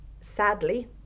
sadly